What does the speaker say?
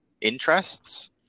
interests